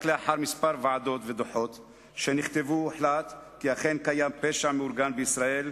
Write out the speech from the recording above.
רק לאחר כמה ועדות ודוחות שנכתבו הוחלט כי אכן קיים פשע מאורגן בישראל.